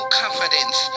confidence